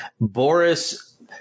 Boris